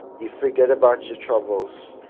you forget about your troubles